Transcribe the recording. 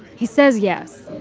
he says, yes,